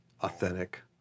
authentic